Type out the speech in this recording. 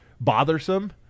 bothersome